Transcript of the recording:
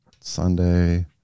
Sunday